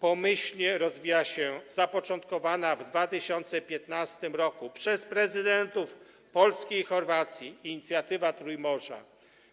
Pomyślnie rozwija się zapoczątkowana w 2015 r. przez prezydentów Polski i Chorwacji Inicjatywa Trójmorza,